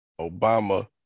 Obama